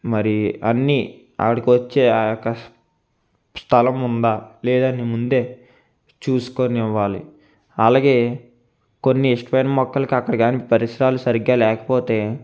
మరి అన్ని ఆడికొచ్చే స్థలం ఉందా లేదంటే ముందే చూసుకొని ఇవ్వాలి అలాగే కొన్ని ఇష్టమైన మొక్కలకి అక్కడ కాని పరిసరాలు సరిగ్గా లేకపోతే